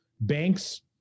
banks